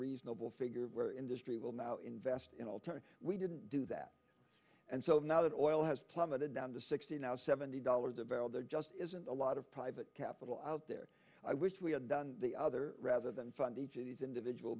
reasonable figure where industry will now invest in alternative we didn't do that and so now that oil has plummeted down to sixty now seventy dollars a barrel there just isn't a lot of private capital out there i wish we had done the other rather than fund each of these individual